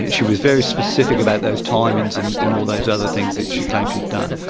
and she was very specific about those timings and and all those other things that she claimed she'd done.